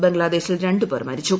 ബംഗ്ലാദേശിൽ രണ്ടുപേർ മരിച്ചു